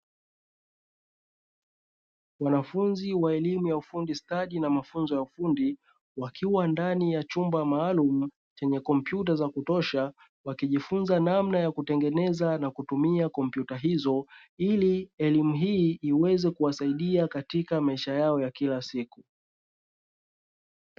Wanafunzi wa elimu ya ufundi stadi na mafunzo ya ufundi wakiwa ndani ya chumba maalumu chenye kompyuta za kutosha, wakijifunza namna ya kutengeneza na kutumia kompyuta hizo ili elimu hii iweze kuwasaidia katika maisha yao ya kila siku.